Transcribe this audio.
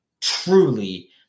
truly